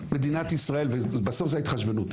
בסוף זו ההתחשבנות,